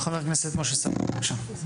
חבר הכנסת משה סולומון, בבקשה.